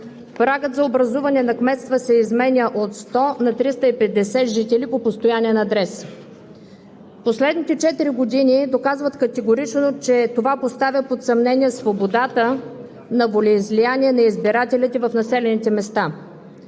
Прагът за образуване на кметства се изменя от 100 на 350 жители по постоянен адрес. Последните четири години доказват категорично, че това поставя под съмнение свободата на волеизлияние на избирателите в населените места.